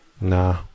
nah